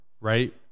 right